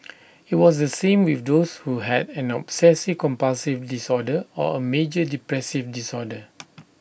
IT was the same with those who had an obsessive compulsive disorder or A major depressive disorder